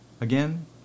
Again